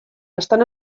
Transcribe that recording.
estan